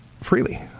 freely